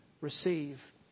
receive